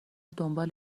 دنبال